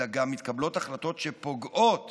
אלא גם מתקבלות החלטות שפוגעות